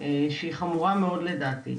שהיא חמורה מאוד לדעתי.